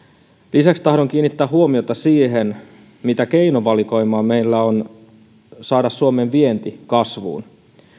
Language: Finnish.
lisäksi tahdon kiinnittää huomiota siihen mitä keinovalikoimaa meillä on saada suomen vienti kasvuun